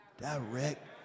Direct